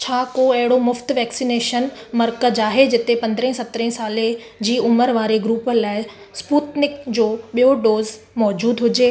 छा को अहिड़ो मुफ़्त वैक्सनेशन मर्कज़ आहे जिते पंद्रहं सत्रहं साल जी उमिरि वारे ग्रूप लाइ स्पूतनिक जो बि॒यों डोज़ मौजूद हुजे